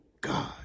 God